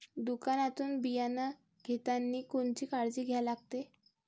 दुकानातून बियानं घेतानी कोनची काळजी घ्या लागते?